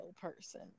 person